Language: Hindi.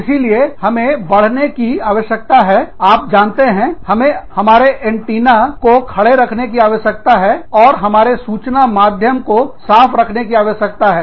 इसीलिए हमें बढ़ाने की आवश्यकता हैआप जानते हैं हमें हमारे एंटीना को खड़े रखने की आवश्यकता है और हमारे सूचना माध्यम को साफ रखने की आवश्यकता है